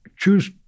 Choose